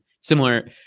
similar